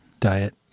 diet